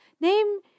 name